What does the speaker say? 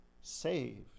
saved